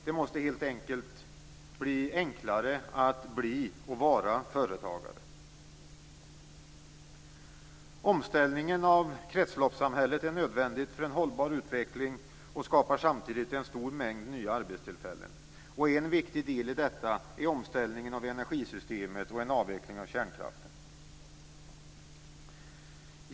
Det måste helt enkelt bli enklare att bli och vara företagare. Omställningen till kretsloppssamhället är nödvändigt för en hållbar utveckling och skapar samtidigt en stor mängd nya arbetstillfällen. En viktig del i detta är omställningen av energisystemet och en avveckling av kärnkraften.